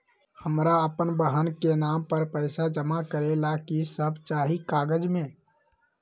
हमरा अपन बहन के नाम पर पैसा जमा करे ला कि सब चाहि कागज मे?